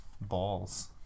Balls